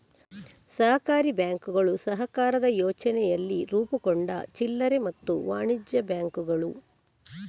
ಸಹಕಾರಿ ಬ್ಯಾಂಕುಗಳು ಸಹಕಾರದ ಯೋಚನೆಯಲ್ಲಿ ರೂಪುಗೊಂಡ ಚಿಲ್ಲರೆ ಮತ್ತೆ ವಾಣಿಜ್ಯ ಬ್ಯಾಂಕುಗಳು